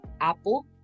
Apple